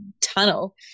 tunnel